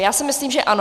Já si myslím, že ano.